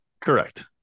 Correct